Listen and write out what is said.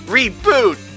Reboot